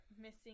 missing